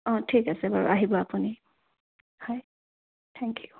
অঁ ঠিক আছে বাৰু আহিব আপুনি হয় থেংক ইউ